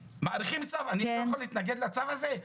אני לא יכול להתנגד לצו הזה?